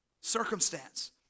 Circumstance